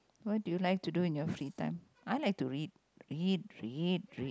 what do you like to do in your free time I like to read read read read